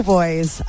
Boys